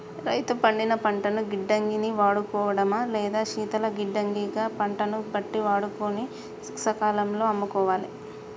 రైతు పండిన పంటను గిడ్డంగి ని వాడుకోడమా లేదా శీతల గిడ్డంగి గ పంటను బట్టి వాడుకొని సకాలం లో అమ్ముకోవాలె